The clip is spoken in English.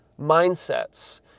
mindsets